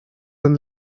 and